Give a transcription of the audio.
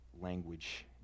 language